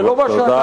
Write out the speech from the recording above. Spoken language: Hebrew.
זה לא מה שאפילו